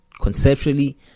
conceptually